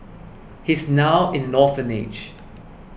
he's now in an orphanage